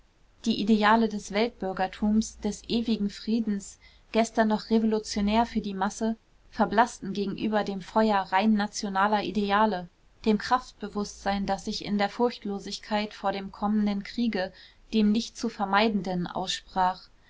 die ideale des weltbürgertums des ewigen friedens gestern noch revolutionär für die masse verblaßten gegenüber dem feuer rein nationaler ideale dem kraftbewußtsein das sich in der furchtlosigkeit vor dem kommenden kriege dem nicht zu vermeidenden aussprach